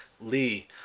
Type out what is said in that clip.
Lee